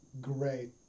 great